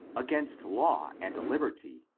against law and liberty,